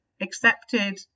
accepted